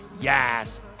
yes